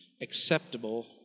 acceptable